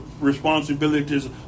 responsibilities